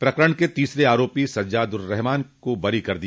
प्रकरण के तीसरे आरोपी सज्जाददुरहमान को बरी कर दिया